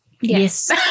Yes